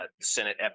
Senate